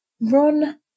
Run